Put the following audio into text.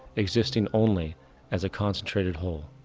existing only as a concentrated whole.